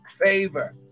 favor